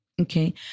Okay